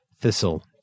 Thistle